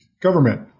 government